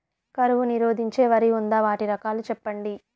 కరువు నిరోధించే వరి ఉందా? వాటి రకాలు చెప్పండి?